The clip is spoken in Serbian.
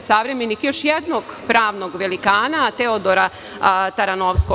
savremenik još jednog pravnog velikana, Teodora Taranovskog.